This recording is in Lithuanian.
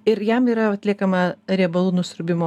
ir jam yra atliekama riebalų nusiurbimo